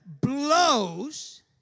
blows